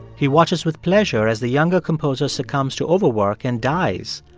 he watches with pleasure as the younger composer succumbs to overwork and dies,